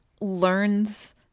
learns